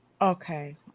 Okay